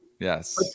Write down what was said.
Yes